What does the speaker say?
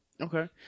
Okay